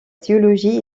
théologie